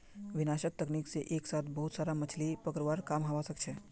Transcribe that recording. विनाशक तकनीक से एक साथ बहुत सारा मछलि पकड़वार काम हवा सके छे